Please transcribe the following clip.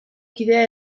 kidea